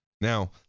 Now